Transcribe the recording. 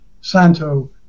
Santo